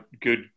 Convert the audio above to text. good